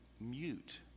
mute